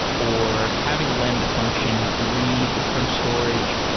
or having a lambda function read from storage.